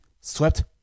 swept